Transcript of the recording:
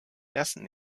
ersten